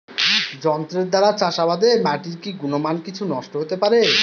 যন্ত্রের দ্বারা চাষাবাদে মাটির কি গুণমান কিছু নষ্ট হতে পারে?